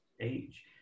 age